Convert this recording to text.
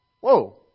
whoa